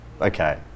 Okay